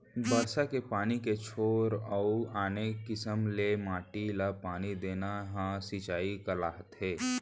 बरसा के पानी के छोर अउ आने किसम ले माटी ल पानी देना ह सिंचई कहलाथे